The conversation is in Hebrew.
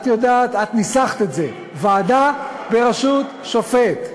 את יודעת, את ניסחת את זה: ועדה בראשות שופט.